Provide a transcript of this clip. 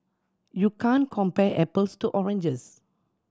you can't compare apples to oranges